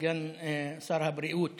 סגן שר הבריאות